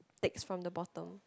takes from the bottom